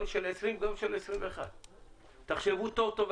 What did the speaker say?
גם של 2020 וגם של 2021. תחשבו טוב טוב.